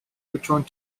returned